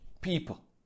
people